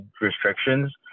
restrictions